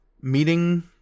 meeting